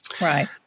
Right